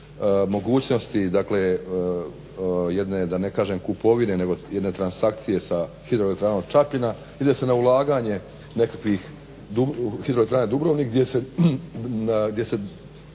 mogućnosti dakle jedne da ne kažem kupovine nego jedne transakcije sa hidroelektranom Čapina. Ide se na ulaganje nekakvih hidroelektrana Dubrovnik gdje se